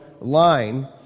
Line